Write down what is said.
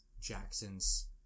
Jackson's